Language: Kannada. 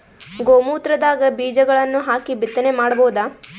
ಗೋ ಮೂತ್ರದಾಗ ಬೀಜಗಳನ್ನು ಹಾಕಿ ಬಿತ್ತನೆ ಮಾಡಬೋದ?